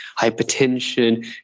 hypertension